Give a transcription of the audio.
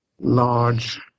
large